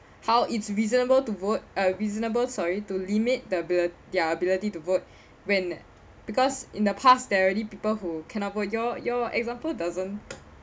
how it's reasonable to vote uh reasonable sorry to limit the abili~ their ability to vote when because in the past there already people who cannot vote your your example doesn't